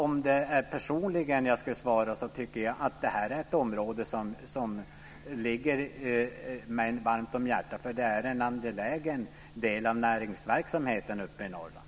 Om jag personligen ska svara så är detta ett område som ligger mig varmt om hjärtat, eftersom det är en angelägen del av näringsverksamheten uppe i Norrland.